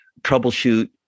troubleshoot